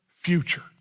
future